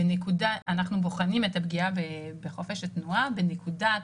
אנחנו בוחנים את הפגיעה בחופש התנועה בנקודת